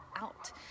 out